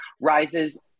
rises